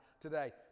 today